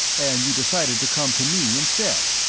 and you decided to come to me instead?